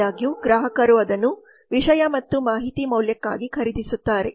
ಆದಾಗ್ಯೂ ಗ್ರಾಹಕರು ಅದನ್ನು ವಿಷಯ ಮತ್ತು ಮಾಹಿತಿ ಮೌಲ್ಯಕ್ಕಾಗಿ ಖರೀದಿಸುತ್ತಾರೆ